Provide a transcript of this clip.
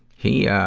he, ah,